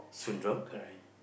uh correct